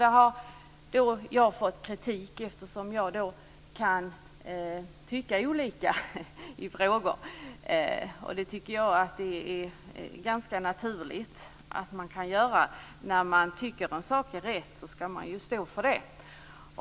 Där har jag fått kritik eftersom jag har tyckt olika. Jag tycker att det är ganska naturligt att man kan göra det. När man tycker en sak är rätt ska man ju stå för det.